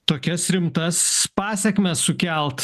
tokias rimtas pasekmes sukelt